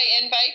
invite